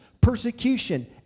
persecution